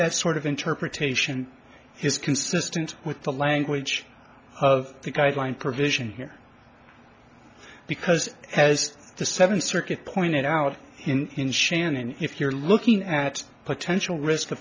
that sort of interpretation is consistent with the language of the guideline provision here because as the seventh circuit pointed out in shannon if you're looking at potential risk